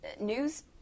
news –